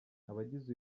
abagize